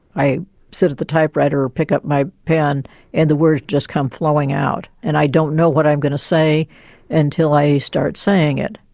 i sit at the typewriter or pick up my pen and the words just come flowing out and i don't know what i'm going to say until i start saying it.